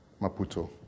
Maputo